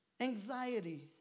Anxiety